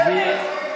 שבי.